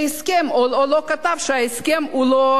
או לא כתבה שההסכם לא נחתם.